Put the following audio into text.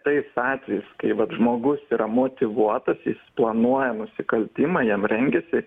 tais atvejais kai vat žmogus yra motyvuotas jis planuoja nusikaltimą jam rengiasi